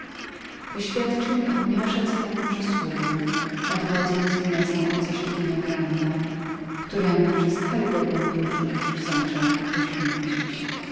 wyświadczył mi on nieoszacowaną przysługę od wodząc inezę od zaślubienia granda któremu przez karygodną próżność zamierzałem ją poświęcić